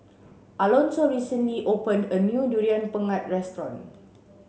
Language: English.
Alonso recently opened a new durian pengat restaurant